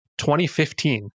2015